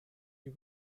you